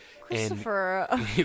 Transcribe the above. Christopher